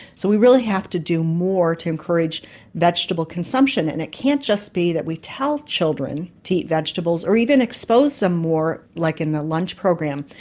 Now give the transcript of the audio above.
so we really have to do more to encourage vegetable consumption, and it can't just be that we tell children to eat vegetables or even expose them more, like in their lunch program,